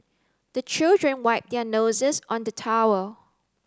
the children wipe their noses on the towel